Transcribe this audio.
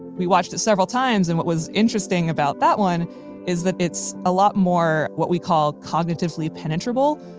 we watched it several times, and what was interesting about that one is that it's a lot more what we call cognitively penetrable.